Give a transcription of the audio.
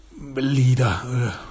leader